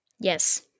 Yes